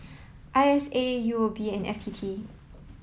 I S A U O B and F T T